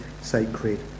sacred